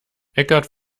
eckhart